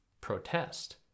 protest